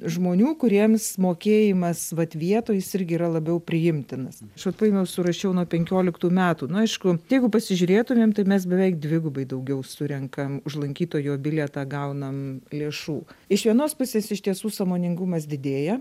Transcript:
žmonių kuriems mokėjimas vat vietoj jis irgi yra labiau priimtinas su paėmiau surašiau nuo penkioliktų metų na aišku jeigu pasižiūrėtumėm tai mes beveik dvigubai daugiau surenkame už lankytojo bilietą gaunam lėšų iš vienos pusės iš tiesų sąmoningumas didėja